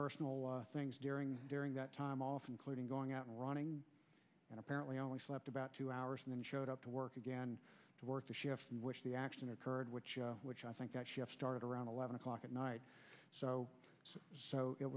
personal things during during that time off including going out and running and apparently only slept about two hours and then showed up to work again to work the shift which the action occurred which which i think actually started around eleven o'clock at night so so